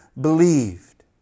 believed